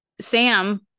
Sam